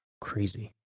Crazy